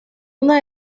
una